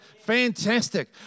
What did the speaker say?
Fantastic